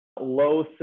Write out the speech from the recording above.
low